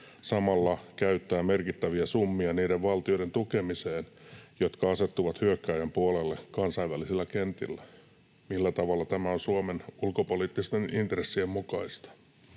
samalla käyttää merkittäviä summia niiden valtioiden tukemiseen, jotka asettuvat hyökkääjän puolelle kansainvälisillä kentillä? Millä tavalla tämä on Suomen ulkopoliittisten intressien mukaista?